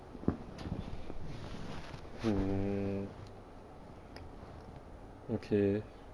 mm okay